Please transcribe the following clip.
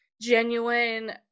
genuine